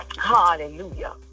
Hallelujah